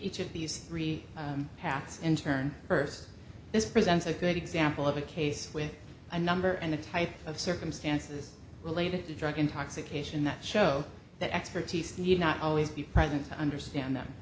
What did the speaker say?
each of these three packs and turn first this presents a good example of a case with a number and the type of circumstances related to drug intoxication that show that expertise need not always be present to understand them